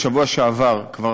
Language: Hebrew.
בשבוע שעבר כבר